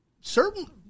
certain